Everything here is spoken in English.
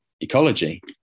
ecology